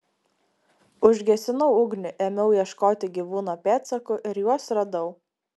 užgesinau ugnį ėmiau ieškoti gyvūno pėdsakų ir juos radau